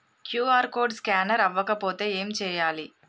QR code scanner అవ్వకపోతే ఏం చేయాలి?